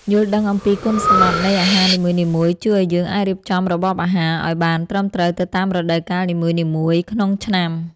យល់ដឹងអំពីគុណសម្បត្តិនៃអាហារនីមួយៗជួយឱ្យយើងអាចរៀបចំរបបអាហារឱ្យបានត្រឹមត្រូវទៅតាមរដូវកាលនីមួយៗក្នុងឆ្នាំ។